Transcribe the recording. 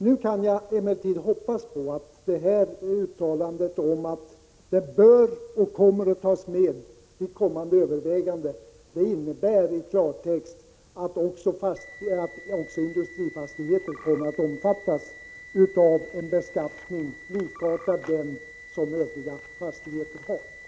Nu kan jag emellertid hoppas på att uttalandet, att de bör och kommer att tas med i kommande överväganden, i klartext innebär att industrifastigheter kommer att omfattas av en beskattning likartad den som övriga fastigheter har.